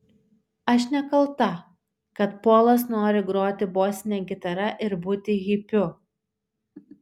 aš nekalta kad polas nori groti bosine gitara ir būti hipiu